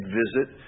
visit